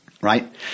Right